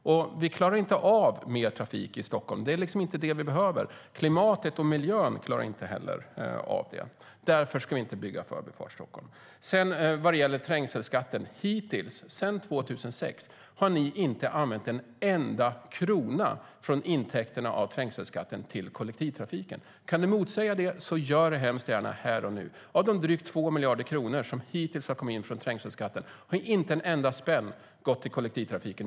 Stockholm klarar inte mer trafik. Det är inte vad som behövs. Klimatet och miljön klarar inte heller av det. Därför ska inte Förbifart Stockholm byggas. Sedan var det frågan om trängselskatten. Sedan 2006 har ni inte använt en enda krona från intäkterna av trängselskatten till kollektivtrafiken. Om ni kan motsäga det, gör det gärna här och nu. Av de drygt 2 miljarder kronor som hittills har kommit in från trängselskatten har inte en enda spänn gått till kollektivtrafiken.